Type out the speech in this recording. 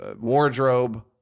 wardrobe